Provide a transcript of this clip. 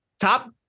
top